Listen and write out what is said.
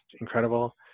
incredible